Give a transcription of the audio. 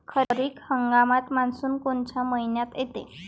खरीप हंगामात मान्सून कोनच्या मइन्यात येते?